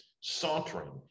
sauntering